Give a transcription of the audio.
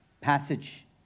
passage